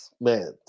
man